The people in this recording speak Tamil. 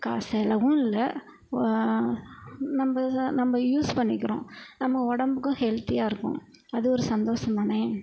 காசு செலவும் இல்லை நம்ப நம்ம யூஸ் பண்ணிக்கிறோம் நம்ம உடம்புக்கும் ஹெல்த்தியாக இருக்கும் அது ஒரு சந்தோசம் தானே